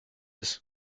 ist